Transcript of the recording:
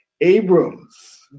Abrams